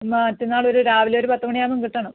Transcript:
മറ്റന്നാളൊരു രാവിലൊരു പത്ത് മണിയാവുമ്പം കിട്ടണം